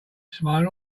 smiling